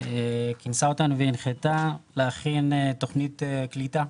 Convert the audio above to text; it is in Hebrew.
כינסה אותנו והנחתה להכין תוכנית קליטה,